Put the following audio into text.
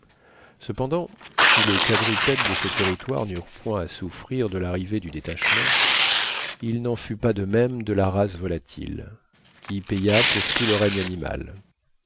cependant si les quadrupèdes de ce territoire n'eurent point à souffrir de l'arrivée du détachement il n'en fut pas de même de la race volatile qui paya pour tout le règne animal